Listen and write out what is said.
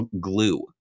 glue